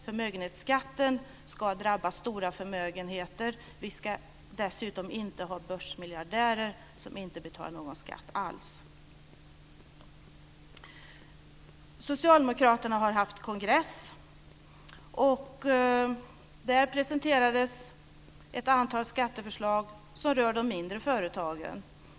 Förmögenhetsskatten ska drabba stora förmögenheter. Vi ska dessutom inte ha börsmiljardärer som inte betalar någon skatt alls. Socialdemokraterna har hållit kongress, och där presenterades ett antal skatteförslag som rör de mindre företagen.